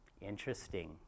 Interesting